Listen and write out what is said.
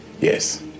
Yes